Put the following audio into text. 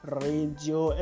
radio